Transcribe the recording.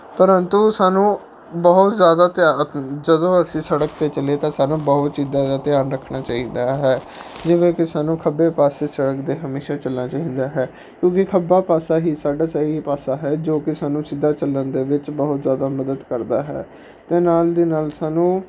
ਪਰੰਤੂ ਸਾਨੂੰ ਬਹੁਤ ਜ਼ਿਆਦਾ ਧਿਆਨ ਜਦੋਂ ਅਸੀਂ ਸੜਕ 'ਤੇ ਚੱਲੀਏ ਤਾਂ ਸਾਨੂੰ ਬਹੁਤ ਚੀਜ਼ਾਂ ਦਾ ਧਿਆਨ ਰੱਖਣਾ ਚਾਹੀਦਾ ਹੈ ਜਿਵੇਂ ਕਿ ਸਾਨੂੰ ਖੱਬੇ ਪਾਸੇ ਸੜਕ ਦੇ ਹਮੇਸ਼ਾ ਚੱਲਣਾ ਚਾਹੀਦਾ ਹੈ ਕਿਉਂਕਿ ਖੱਬਾ ਪਾਸਾ ਹੀ ਸਾਡਾ ਸਹੀ ਪਾਸਾ ਹੈ ਜੋ ਕਿ ਸਾਨੂੰ ਸਿੱਧਾ ਚੱਲਣ ਦੇ ਵਿੱਚ ਬਹੁਤ ਜ਼ਿਆਦਾ ਮਦਦ ਕਰਦਾ ਹੈ ਅਤੇ ਨਾਲ ਦੀ ਨਾਲ ਸਾਨੂੰ